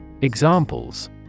Examples